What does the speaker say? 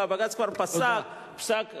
ובג"ץ כבר פסק פסק,